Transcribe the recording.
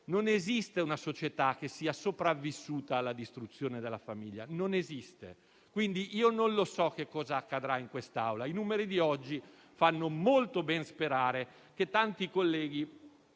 Non esiste una società che sia sopravvissuta alla distruzione della famiglia. Non esiste. Non so cosa accadrà in questa Aula. I numeri di oggi fanno molto ben sperare che tanti colleghi